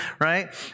right